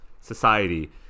society